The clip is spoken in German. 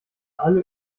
alle